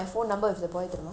a lot of things like that